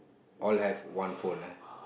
all have one phone ah